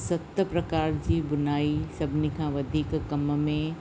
सत प्रकार जी बुनाई सभिनी खां वधीक कम में